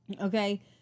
Okay